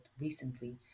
recently